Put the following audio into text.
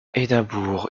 édimbourg